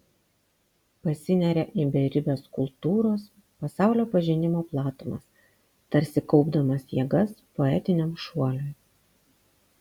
pasineria į beribes kultūros pasaulio pažinimo platumas tarsi kaupdamas jėgas poetiniam šuoliui